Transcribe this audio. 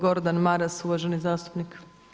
Gordan Maras, uvaženi zastupnik.